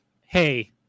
Hey